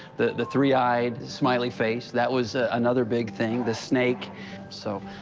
the the three-eyed smiley face, that was another big thing. the snake so,